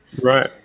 Right